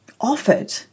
offered